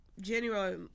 January